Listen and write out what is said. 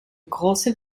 große